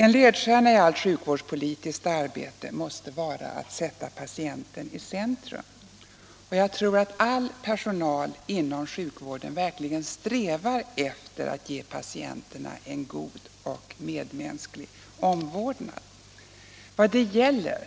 En ledstjärna i allt sjukvårdspolitiskt arbete måste vara att sätta patienten i centrum. Jag tror att all personal inom sjukvården verkligen strävar efter att ge patienterna en god och medmänsklig omvårdnad. Vad det gäller